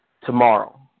tomorrow